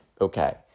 Okay